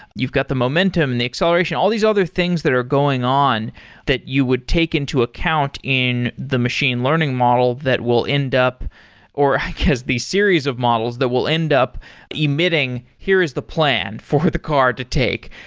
you've got the momentum, the acceleration. all these other things that are going on that you would take into account in the machine learning model that will end up or because these series of models that will end up emitting, here is the plan for the car to take.